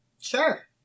Sure